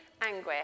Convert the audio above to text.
anguish